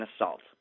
assault